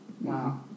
Wow